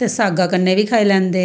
ते साग्गा कन्ने बी खाई लैंदे